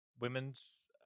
women's